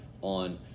on